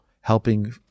helping